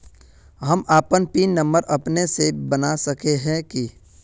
हम अपन PIN number अपने से बना सके है की?